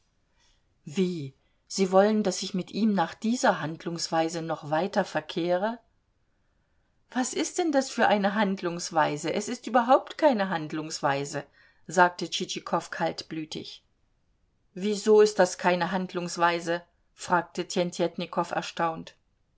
wie sie wollen daß ich mit ihm nach dieser handlungsweise noch weiter verkehre was ist denn das für eine handlungsweise es ist überhaupt keine handlungsweise sagte tschitschikow kaltblütig wieso ist das keine handlungsweise fragte tjentjetnikow erstaunt